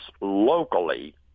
locally